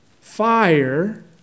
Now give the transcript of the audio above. fire